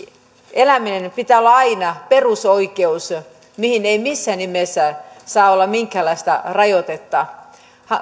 elämisen pitää olla aina perusoikeus mihin ei missään nimessä saa olla minkäänlaista rajoitetta